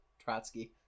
Trotsky